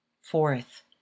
Fourth